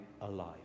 alive